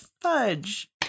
fudge